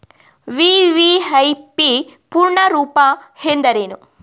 VVIP ಪೂರ್ಣ ರೂಪ ಎಂದರೇನು?